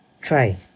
Try